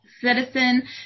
citizen